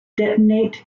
detonate